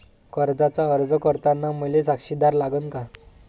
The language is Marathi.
कर्जाचा अर्ज करताना मले साक्षीदार लागन का?